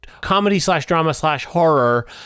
comedy-slash-drama-slash-horror